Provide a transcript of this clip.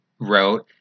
wrote